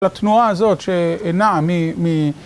לתנועה הזאת שנעה מ...